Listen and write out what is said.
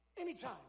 Anytime